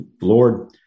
Lord